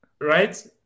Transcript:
right